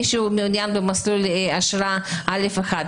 מי שמעוניין במסלול אשרה א'1,